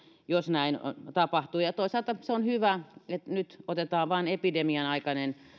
jos näin tapahtuu toisaalta se on hyvä että nyt otetaan vain epidemian aikainen